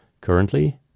Currently